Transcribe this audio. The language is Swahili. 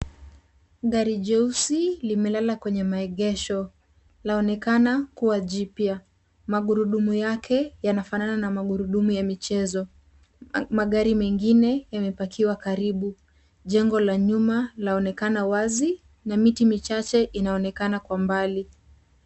Gari jeusi limelala kwenye maegesho. Laonekana kua jipya. Magurudumu yake yanafanana na magurudumu ya michezo. Magari mengine yamepakiwa karibu. Jengo la nyuma laonekana wazi na miti michache inaonekana kwa mbali.